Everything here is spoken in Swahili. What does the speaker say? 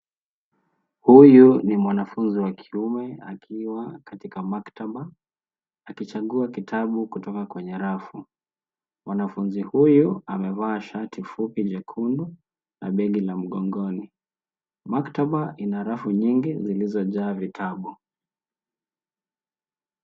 Huyu ni mwanafunzi wa kiume akiwa katika maktaba, akichagua kitabu kutoka kwenye rafu. Mwanafunzi huyu amevaa shati fupi jekundu na begi la mgongoni . Maktaba ina rafu nyingi zilizojaa vitabu.